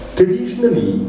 Traditionally